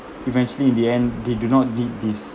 eventually in the end they do not need this